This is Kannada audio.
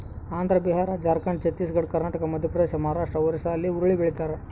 ಆಂಧ್ರ ಬಿಹಾರ ಜಾರ್ಖಂಡ್ ಛತ್ತೀಸ್ ಘಡ್ ಕರ್ನಾಟಕ ಮಧ್ಯಪ್ರದೇಶ ಮಹಾರಾಷ್ಟ್ ಒರಿಸ್ಸಾಲ್ಲಿ ಹುರುಳಿ ಬೆಳಿತಾರ